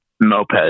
moped